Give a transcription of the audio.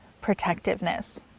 protectiveness